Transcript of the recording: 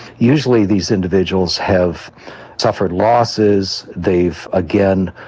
usually these individuals have suffered losses, they've, again,